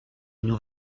nous